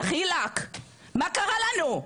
דחילאק, מה קרה לנו?